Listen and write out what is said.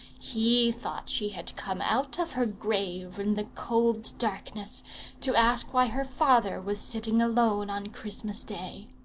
he thought she had come out of her grave in the cold darkness to ask why her father was sitting alone on christmas-day.